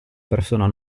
persona